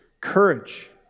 courage